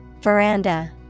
Veranda